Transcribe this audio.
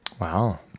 Wow